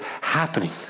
happening